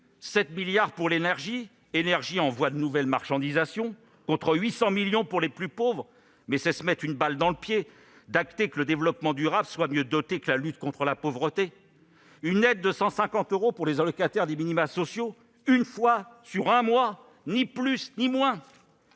7 milliards d'euros à l'énergie en voie de nouvelle marchandisation, contre 800 millions pour les plus pauvres. Mais c'est se mettre une balle dans le pied que d'acter que le développement durable soit mieux doté que la lutte contre la pauvreté ! Une aide de 150 euros pour les allocataires des minimas sociaux, une fois, sur un mois, ni plus ni moins